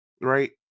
right